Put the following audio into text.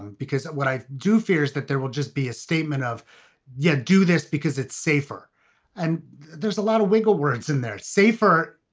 because what i do fear is that there will just be a statement of you yeah do this because it's safer and there's a lot of wiggle words in there, safer.